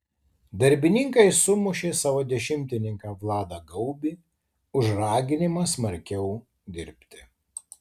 darbininkai sumušė savo dešimtininką vladą gaubį už raginimą smarkiau dirbti